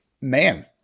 man